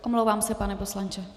Omlouvám se, pane poslanče.